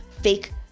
fake